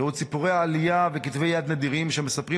בתיעוד סיפורי העלייה וכתבי יד נדירים שמספרים